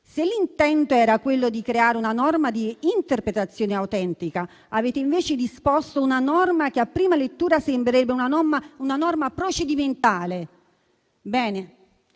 Se l'intento era quello di creare una norma di interpretazione autentica, avete disposto una norma che a prima lettura sembrerebbe invece una norma procedimentale. Bene,